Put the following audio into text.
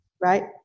right